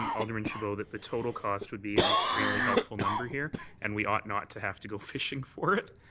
um ald and chabot, that the total costs would be an extremely helpful number here and we ought not to have to go fishing for it.